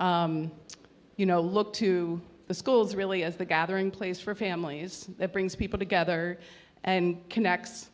and you know look to the schools really as the gathering place for families that brings people together and connects